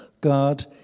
God